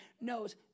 knows